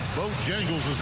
bojangles,